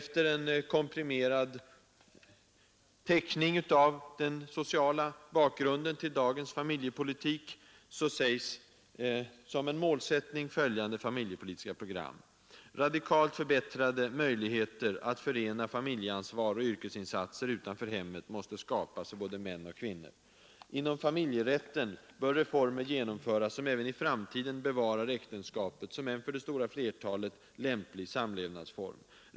Efter en komprimerad teckning av den sociala bakgrunden till dagens familjepolitik anges som en målsättning följande familjepolitiska program: ”Radikalt förbättrade möjligheter att förena familjeansvar och yrkesinsatser utanför hemmet måste skapas för både män och kvinnor.” ”Inom familjerätten bör reformer genomföras som även i framtiden bevarar äktenskapet som en för det stora flertalet lämplig samlevnadsform.